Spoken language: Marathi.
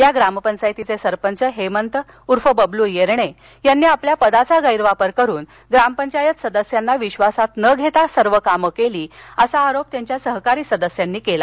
या ग्राम पंचायतीचे सरपंच हेमंत उर्फ बबलू येरने यांनी आपल्या पदाचा गैरवापर करून ग्राम पंचायत सदस्याना विबासात न घेता गावातील सर्व कामे केली असा आरोप त्यांच्या सहकारी पंचायत सदस्यांनी केला